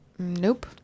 Nope